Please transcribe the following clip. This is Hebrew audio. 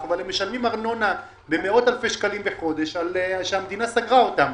ומשלמים ארנונה במאות אלפי שקלים בחודש בזמן שהמדינה סגרה אותם.